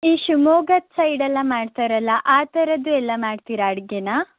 ಈ ಶಿವಮೊಗ್ಗದ ಸೈಡೆಲ್ಲ ಮಾಡ್ತಾರಲ್ಲ ಆ ಥರದ್ದು ಎಲ್ಲ ಮಾಡ್ತೀರಾ ಅಡುಗೆನ